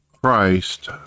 Christ